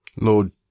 Lord